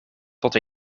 tot